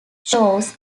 shows